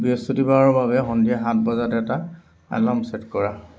বৃহস্পতিবাৰৰ বাবে সন্ধিয়া সাত বজাত এটা এলাৰ্ম ছে'ট কৰা